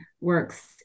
works